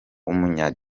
w’umunya